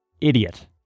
idiot